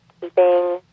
keeping